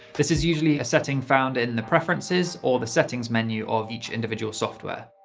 this is usually a setting found in the preferences or the settings menu of each individual software.